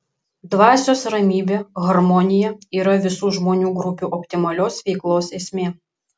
dvasios ramybė harmonija yra visų žmonių grupių optimalios veiklos esmė